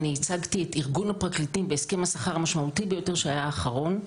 אני ייצגתי את ארגון הפרקליטים בהסכם השכר המשמעותי ביותר שהיה האחרון,